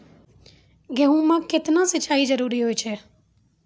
गेहूँ म केतना सिंचाई जरूरी होय छै?